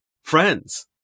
friends